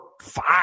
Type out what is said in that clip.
five